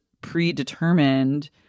predetermined